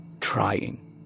trying